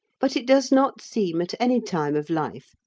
but it does not seem, at any time of life,